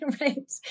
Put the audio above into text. Right